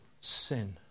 sin